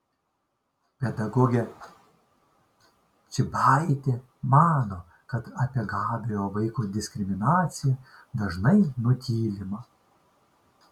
pedagogė čybaitė mano kad apie gabiojo vaiko diskriminaciją dažnai nutylima